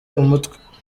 umutwe